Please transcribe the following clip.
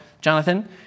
Jonathan